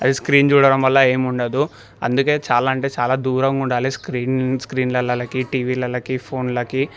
అదే స్క్రీన్ చూడటం వల్ల ఏమీ ఉండదు అందుకే చాలా అంటే చాలా దూరంగా ఉండాలి స్క్రీన్ స్క్రీన్లలోకి టీవీల్లోకి ఫోన్లకి